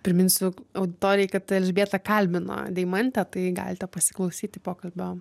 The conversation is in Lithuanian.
priminsiu auditorijai kad elžbietą kalbino deimantė tai galite pasiklausyti pokalbio